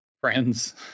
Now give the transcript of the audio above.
Friends